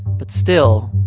but still,